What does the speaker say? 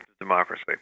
democracy